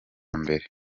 mbere